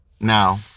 now